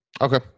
Okay